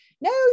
No